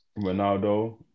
Ronaldo